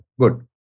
Good